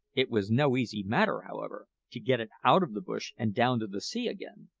it was no easy matter, however, to get it out of the bush and down to the sea again.